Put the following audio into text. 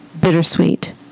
bittersweet